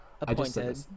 Appointed